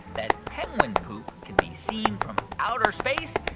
that penguin poop can be seen from outer space,